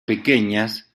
pequeñas